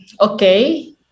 okay